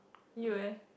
you eh